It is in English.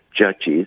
judges